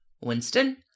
Winston